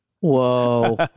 Whoa